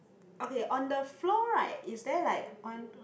okay on the floor right is there like one